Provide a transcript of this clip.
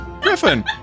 Griffin